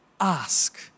Ask